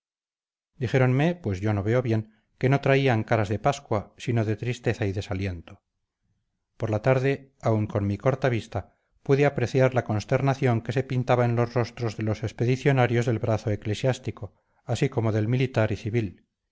madrid dijéronme pues yo no veo bien que no traían caras de pascua sino de tristeza y desaliento por la tarde aun con mi corta vista pude apreciar la consternación que se pintaba en los rostros de los expedicionarios del brazo eclesiástico así como del militar y civil